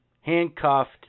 handcuffed